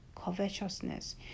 covetousness